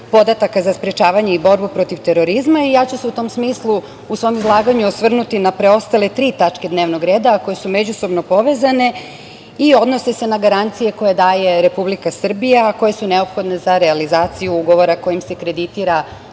podataka za sprečavanje i borbu protiv terorizma, i u tom smislu ću se u svom izlaganju osvrnuti na preostale tri tačke dnevnog reda, a koje su međusobno povezane i odnose se na garancije koje daje Republika Srbija, a koje su neophodne za realizaciju ugovora kojim se kreditira